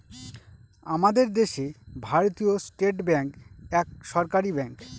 আমাদের দেশে ভারতীয় স্টেট ব্যাঙ্ক এক সরকারি ব্যাঙ্ক